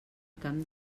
camp